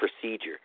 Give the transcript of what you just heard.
procedure